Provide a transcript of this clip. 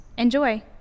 Enjoy